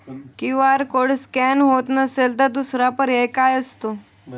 QR code scan होत नसेल तर दुसरा पर्याय काय असतो?